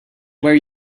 where